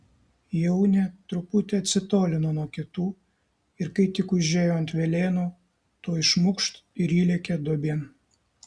jaunė truputį atsitolino nuo kitų ir kai tik užėjo ant velėnų tuoj šmukšt ir įlėkė duobėn